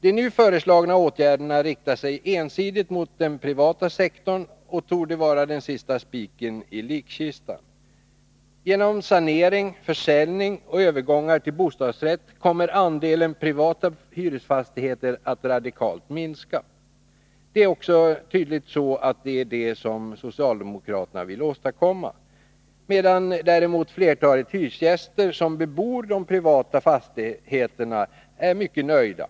De nu föreslagna åtgärderna riktar sig ensidigt mot den privata sektorn och torde vara den sista spiken i likkistan. Genom sanering, försäljning och övergångar till bostadsrätt kommer andelen privata hyresfastigheter att radikalt minska. Det är tydligen också det som socialdemokraterna vill åstadkomma, medan däremot flertalet hyresgäster som bebor de privata fastigheterna är mycket nöjda.